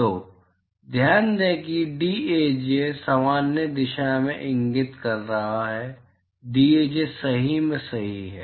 तो ध्यान दें कि dAj सामान्य दिशा में इंगित कर रहा है dAj सही में सही है